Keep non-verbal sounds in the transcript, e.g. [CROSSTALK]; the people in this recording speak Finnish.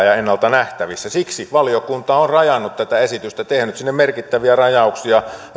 [UNINTELLIGIBLE] ja ennalta nähtävissä siksi valiokunta on rajannut tätä esitystä tehnyt sinne merkittäviä rajauksia